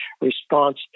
response